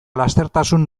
lastertasun